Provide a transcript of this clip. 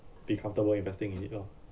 be comfortable investing in it lah